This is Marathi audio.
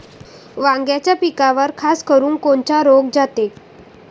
वांग्याच्या पिकावर खासकरुन कोनचा रोग जाते?